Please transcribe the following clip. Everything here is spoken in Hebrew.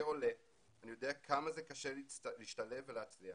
כעולה אני יודע כמה זה קשה להשתלב ולהצליח